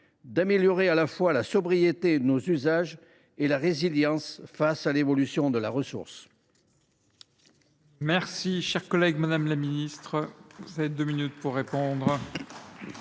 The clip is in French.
d’améliorer à la fois la sobriété de nos usages et notre résilience face à l’évolution de la ressource.